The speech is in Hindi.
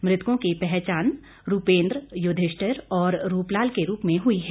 मृतकों की पहचान रूपेंद्र युधिष्ठर और रूपलाल के रूप में हुई है